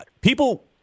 People